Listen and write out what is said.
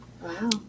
Wow